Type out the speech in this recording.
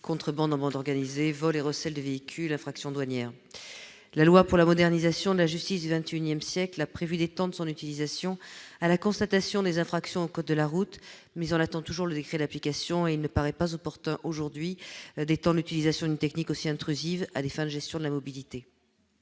contrebande en bande organisée, le vol et le recel de véhicules, ou encore d'infractions douanières. La loi de modernisation de la justice du XXIsiècle a prévu d'étendre son utilisation à la constatation des infractions au code de la route, mais on attend toujours le décret d'application. Il ne paraît pas opportun d'étendre aujourd'hui l'utilisation d'une technique aussi intrusive à des fins de gestion de la mobilité,